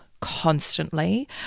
constantly